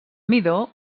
midó